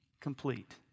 complete